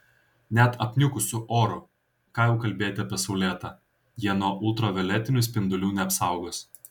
net apniukusiu oru ką jau kalbėti apie saulėtą jie nuo ultravioletinių spindulių neapsaugos